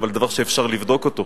אבל זה דבר שאפשר לבדוק אותו.